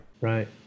Right